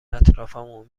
اطرافمو